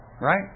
Right